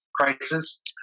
crisis